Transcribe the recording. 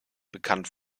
bekannt